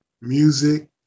music